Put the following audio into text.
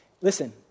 Listen